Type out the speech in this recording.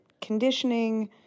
conditioning